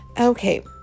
Okay